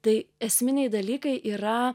tai esminiai dalykai yra